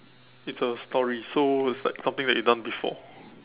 it's a story so it's like something that you've done before